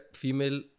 female